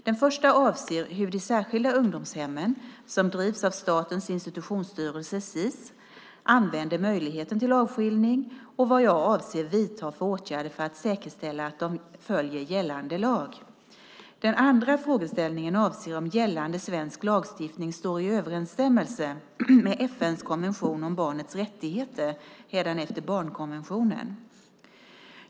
Den första avser hur de särskilda ungdomshemmen, som drivs av Statens institutionsstyrelse, Sis, använder möjligheten till avskiljning och vad jag avser att vidta för åtgärder för att säkerställa att de följer gällande lag. Den andra frågeställningen avser om gällande svensk lagstiftning står i överensstämmelse med FN:s konvention om barnets rättigheter, hädanefter barnkonventionen.